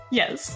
yes